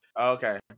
okay